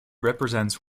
represents